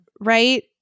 Right